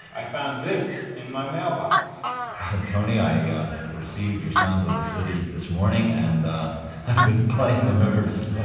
i found this in my mailbox ah tony, i yeah received your sounds of the city this morning and i've been playing them ever since.